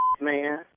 man